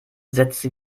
setzte